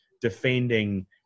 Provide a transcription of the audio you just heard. defending